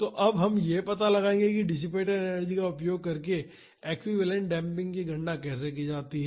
तो अब हम यह पता लगाएंगे कि डिसिपेटड एनर्जी का उपयोग करके एक्विवैलेन्ट डेम्पिंग की गणना कैसे की जाती है